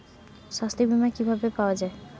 সাস্থ্য বিমা কি ভাবে পাওয়া যায়?